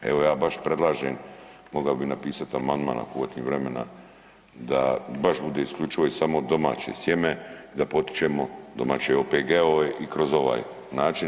Evo ja baš predlažem mogao bih napisati amandman ako uhvatim vremena da baš bude isključivo i samo domaće sjeme, da potičemo domaće OPG-ove i kroz ovaj način.